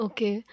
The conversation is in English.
Okay